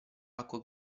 acqua